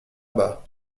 bas